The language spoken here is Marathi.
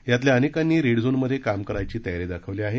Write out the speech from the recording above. यातल्या अनेकांनी रे झोन मध्ये काम करायची तयारी दाखवली आहे